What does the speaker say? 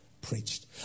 preached